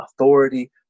authority